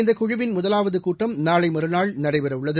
இந்தகுழுவின் முதலாவதுகூட்டம் நாளைமறுநாள் நடைபெறவுள்ளது